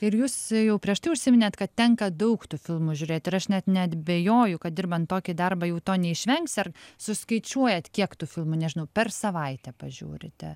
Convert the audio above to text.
ir jūs jau prieš tai užsiminėt kad tenka daug tų filmų žiūrėt ir aš net neabejoju kad dirbant tokį darbą jau to neišvengsi ar suskaičiuojat kiek tų filmų nežinau per savaitę pažiūrite